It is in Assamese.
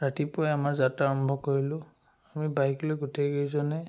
ৰাতিপুৱাই আমাৰ যাত্ৰা আৰম্ভ কৰিলোঁ আমি বাইক লৈ গোটেইকেইজনে